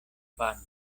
pano